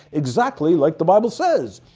exactly like the bible says.